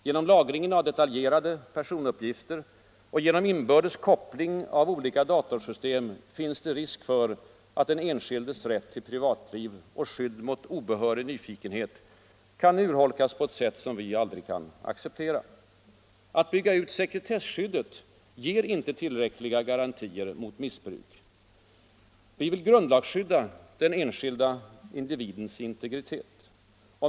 Genom lagringen av detaljerade personuppgifter och genom inbördes koppling av olika datorsystem finns det risk för att den enskildes rätt till privatliv och skydd mot obehörig nyfikenhet kan urholkas på ett sätt som vi aldrig kan acceptera. Att bygga ut sekretesskyddet ger inte tillräckliga garantier mot missbruk. Vi vill grundlagsskydda den enskilde individens integritet.